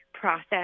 process